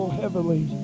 heavily